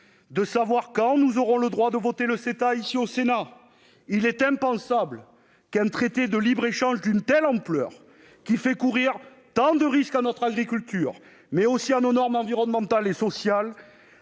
économique et commercial global, ici, au Sénat ? Il est impensable qu'un traité de libre-échange d'une telle ampleur, qui fait courir tant de risques à notre agriculture, mais aussi à nos normes environnementales et sociales